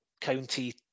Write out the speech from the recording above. County